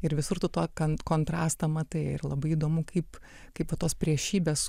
ir visur tu to kontrastą matai ir labai įdomu kaip kaip tos priešybės